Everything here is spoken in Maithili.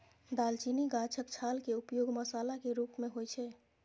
दालचीनी गाछक छाल के उपयोग मसाला के रूप मे होइ छै